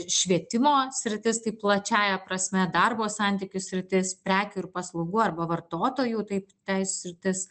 švietimo sritis tai plačiąja prasme darbo santykių sritis prekių ir paslaugų arba vartotojų taip teis sritis